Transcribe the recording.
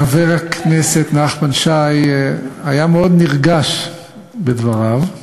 חבר הכנסת נחמן שי היה מאוד נרגש בדבריו.